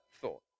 thought